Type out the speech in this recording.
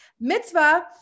Mitzvah